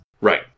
Right